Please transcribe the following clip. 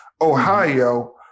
Ohio